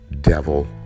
devil